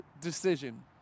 decision